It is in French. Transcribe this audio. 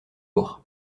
jours